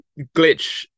glitch